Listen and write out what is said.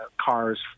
cars